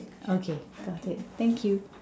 okay got it thank you